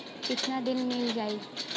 कितना दिन में मील जाई?